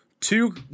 Two